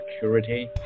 security